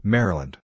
Maryland